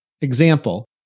Example